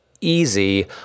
easy